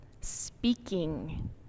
speaking